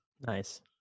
Nice